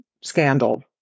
scandal